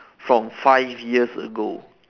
from five years ago